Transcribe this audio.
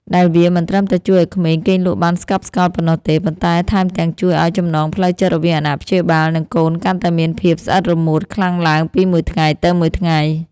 ដែលវាមិនត្រឹមតែជួយឱ្យក្មេងគេងលក់បានស្កប់ស្កល់ប៉ុណ្ណោះទេ ប៉ុន្តែថែមទាំងជួយឱ្យចំណងផ្លូវចិត្តរវាងអាណាព្យាបាល និងកូនកាន់តែមានភាពស្អិតរមួតខ្លាំងឡើងពីមួយថ្ងៃទៅមួយថ្ងៃ។